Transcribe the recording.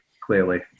clearly